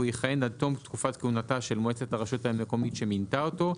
והוא יכהן עד תום תקופת כהונתה של מועצת הרשמות המקומית שמינתה אותו,